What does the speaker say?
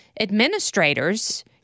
administrators